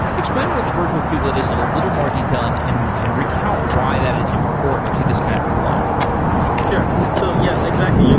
explain what the virtual kubelet is in a little more detail and and and recount why that is important to this kind of deployment sure. so yeah, exactly.